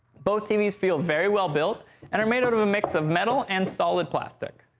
both tvs feel very well-built and are made out of a mix of metal and solid plastic.